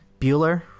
Bueller